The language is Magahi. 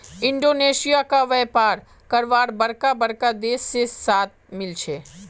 इंडोनेशिया क व्यापार करवार बरका बरका देश से साथ मिल छे